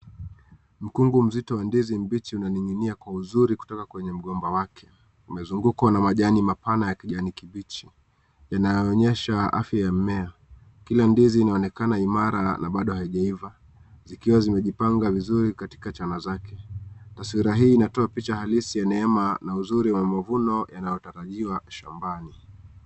Mkungu mzito wa ndizi mbichi unaning'inia kwa uzuri kutoka mgomba wake, umezungukwa na majani mapana na kijani kibichi yanaonyesha afya ya mmea. Kila ndizi inaonekana imara na bado haijaiva zikiwa zimejipanga vizuri katika chana zake taswira hii inatoa picha halisi na mavuno yanayotarajiwa shambani.